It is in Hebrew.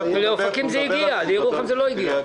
לאופקים זה הגיע אבל לירוחם זה לא הגיע.